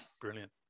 Brilliant